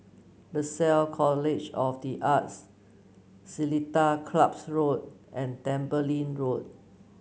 Lasalle College of the Arts Seletar Club's Road and Tembeling Road